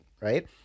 right